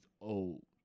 old